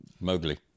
Mowgli